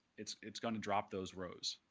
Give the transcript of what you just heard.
it's it's going to drop those rows.